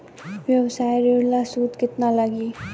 व्यवसाय ऋण ला सूद केतना लागी?